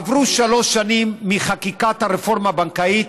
עברו שלוש שנים מחקיקת הרפורמה בנקאית,